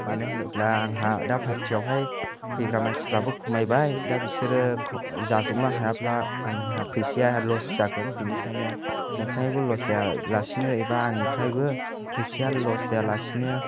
मोनो होनोब्ला आंहा दा फारथियावहाय फैग्रा मानसिफ्राबो खमायबाय दा बिसोरो जाजोबनो हायाब्ला आंनिया फैसाया लस जागोन बिनिखायनो नोंथांनिबो लस जायालासिनो एबा आंनिफ्रायबो फैसाया लस जायालासिनो